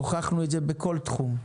הוכחנו את זה בכל תחום,